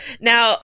Now